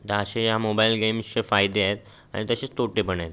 तर असे या मोबाईल गेम्सचे फायदे आहेत आणि तसेच तोटे पण आहेत